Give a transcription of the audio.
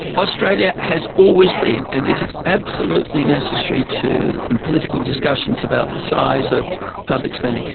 australia has always been, and it is absolutely necessary to. in political discussions about the size of public spending,